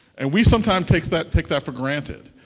and we sometimes take that take that for granted.